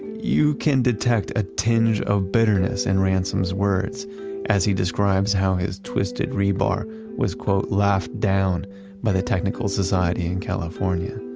you can detect a tinge of bitterness in ransome's words as he describes how his twisted rebar was laughed down by the technical society in california.